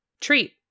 treat